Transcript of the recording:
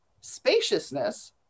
spaciousness